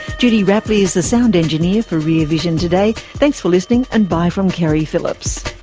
judy rapley is the sound engineer for rear vision today. thanks for listening and bye from keri phillips